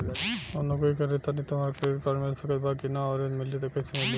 हम नौकरी करेनी त का हमरा क्रेडिट कार्ड मिल सकत बा की न और यदि मिली त कैसे मिली?